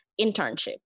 internship